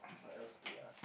what else they asked